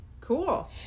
Cool